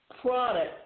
product